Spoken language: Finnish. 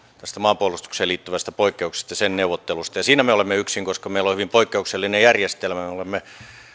tästä maanpuolustukseen liittyvästä poikkeuksesta ja sen neuvotteluista siinä me olemme yksin koska meillä on hyvin poikkeuksellinen järjestelmä me olemme